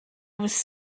was